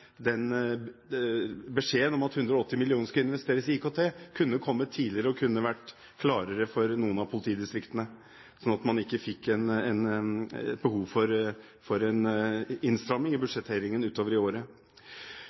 beskjeden om at 180 mill. kr skulle investeres i IKT, kunne ha kommet tidligere og vært klarere for noen av politidistriktene, sånn at man ikke fikk behov for en innstramming i budsjetteringen ut over i året.